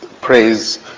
praise